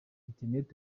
internet